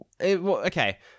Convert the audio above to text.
Okay